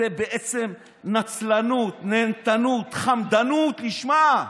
זאת בעצם נצלנות, נהנתנות, חמדנות לשמה.